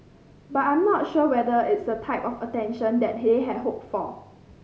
but I'm not sure whether it's the type of attention that they had hoped for